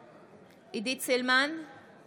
בעד עידית סילמן, אינה נוכחת